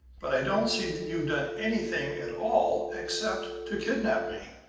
but i don't see that you've done anything at all except to kidnap me.